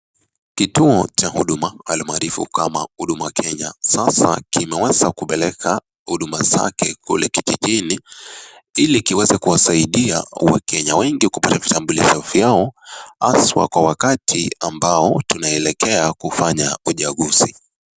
Kituo cha huduma almaarufu kama Huduma Kenya sasa kimeweza kupeleka huduma zake kule kijijini ili kiweze kuwasaidia wakenya wengi kupata vitambulisho vyao haswa kwa wakati ambao tunaelekea kufanya uchaguzi.